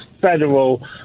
federal